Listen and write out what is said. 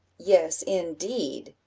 yes, indeed!